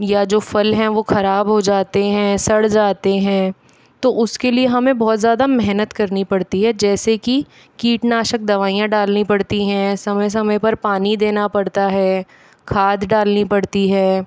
या जो फल है वो खराब हो जाते हैं सड़ जाते हैं तो उसके लिए हमे बहुत ज़्यादा मेहनत करनी पड़ती है जैसे कि कीटनाशक दवाईयाँ डालनी पड़ती हैं समय समय पर पानी देना पड़ता है खाद डालनी पड़ती है